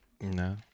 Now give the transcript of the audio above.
No